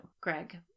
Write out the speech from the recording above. Greg